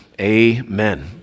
Amen